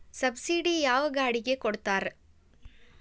Subsidy ಯಾವ ಗಾಡಿಗೆ ಕೊಡ್ತಾರ?